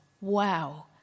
Wow